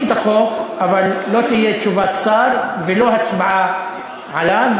את החוק אבל לא תהיה תשובת שר ולא הצבעה עליו,